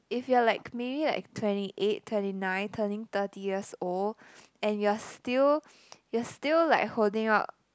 if you're like me like twenty eight twenty nine turning thirty years old and you're still you're still like holding out